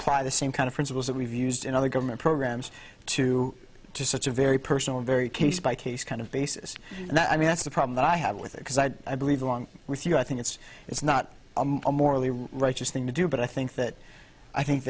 apply the same kind of principles that we've used in other government programs to such a very personal very case by case kind of basis and i mean that's the problem that i have with it because i i believe along with you i think it's it's not a morally righteous thing to do but i think that i think